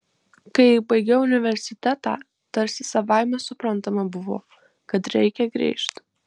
kai baigiau universitetą tarsi savaime suprantama buvo kad reikia grįžt